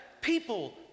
People